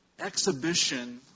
exhibition